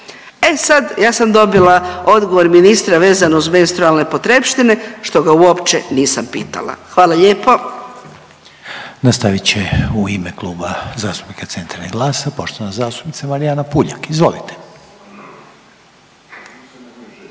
E sad ja sam dobila odgovor ministra vezano uz menstrualne potrepštine što ga uopće nisam pitala. Hvala lijepo. **Reiner, Željko (HDZ)** Nastavit će u ime Kluba zastupnika Centra i GLAS-a poštovana zastupnica Marijana Puljak. Izvolite.